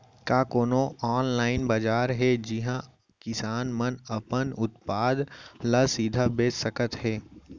का कोनो अनलाइन बाजार हे जिहा किसान मन अपन उत्पाद ला सीधा बेच सकत हे?